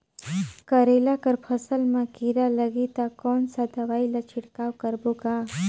करेला कर फसल मा कीरा लगही ता कौन सा दवाई ला छिड़काव करबो गा?